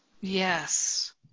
Yes